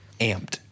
amped